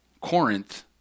Corinth